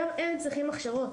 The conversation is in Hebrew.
גם הם צריכים הכשרות.